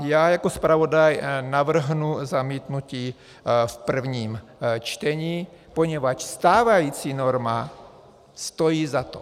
Já jako zpravodaj navrhnu zamítnutí v prvním čtení, poněvadž stávající norma stojí za to.